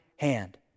hand